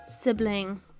sibling